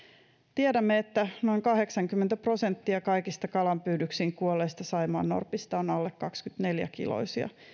tiedämme että noin kahdeksankymmentä prosenttia kaikista kalanpyydyksiin kuolleista saimaannorpista on alle kaksikymmentäneljä kiloisia